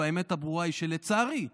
האמת הברורה היא שלצערי,